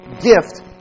gift